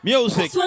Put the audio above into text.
Music